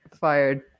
fired